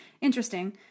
interesting